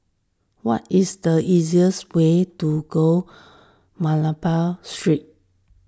what is the easiest way to go Malabar Street